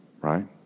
right